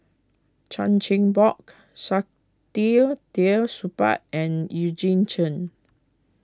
Chan Chin Bock Saktiandi Supaat and Eugene Chen